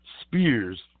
Spears